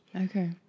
Okay